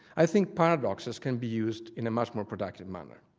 i think paradoxes can be used in a much more productive manner.